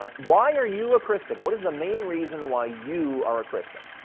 ah why are you a christian? what's the main reason why you are a christian?